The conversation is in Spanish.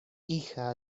hija